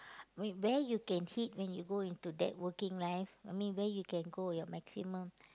where where you can hit when you go into that working life I mean where you can go your maximum